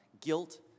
guilt